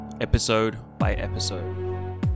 episode-by-episode